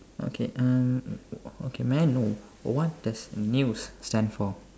okay uh okay may I know what does news stand for